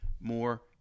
more